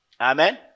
Amen